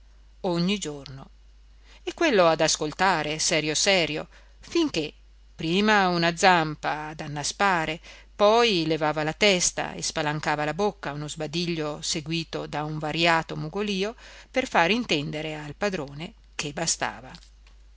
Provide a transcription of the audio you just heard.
ogni giorno e quello ad ascoltare serio serio finché prima una zampa ad annaspare poi levava la testa e spalancava la bocca a uno sbadiglio seguito da un variato mugolio per far intendere al padrone che bastava